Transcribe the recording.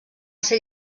ser